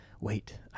Wait